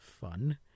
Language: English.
fun